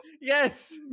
Yes